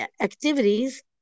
activities